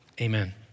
amen